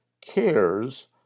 cares